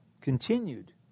continued